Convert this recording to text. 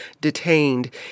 detained